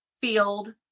Field